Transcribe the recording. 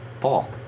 Paul